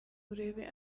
urebe